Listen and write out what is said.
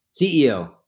CEO